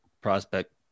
prospect